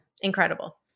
incredible